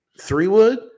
three-wood